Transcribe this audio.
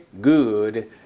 good